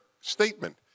statement